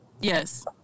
Yes